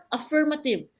affirmative